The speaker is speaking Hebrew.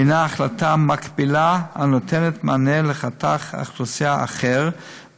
הנה החלטה מקבילה הנותנת מענה לחתך אוכלוסייה אחר,